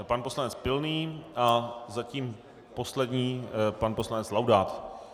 Pan poslanec Pilný a zatím poslední pan poslanec Laudát.